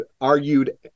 argued